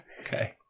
Okay